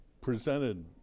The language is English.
presented